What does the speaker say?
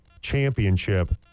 championship